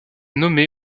nommé